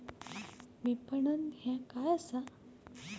विपणन ह्या काय असा?